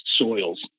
soils